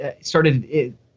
started